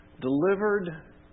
Delivered